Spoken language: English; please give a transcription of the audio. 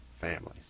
families